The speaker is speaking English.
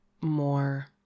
more